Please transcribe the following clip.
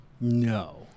no